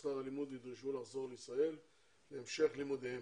בשכר הלימוד נדרשו לחזור לישראל להמשך לימודיהם,